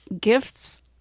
gifts